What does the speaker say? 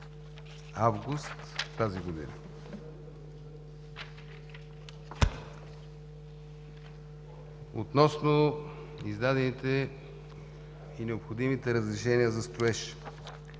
август тази година. Относно издадените и необходимите разрешения за строеж,